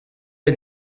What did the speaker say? est